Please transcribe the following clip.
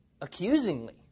Accusingly